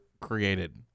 created